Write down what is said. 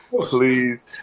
Please